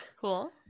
Cool